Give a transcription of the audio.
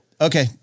Okay